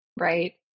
right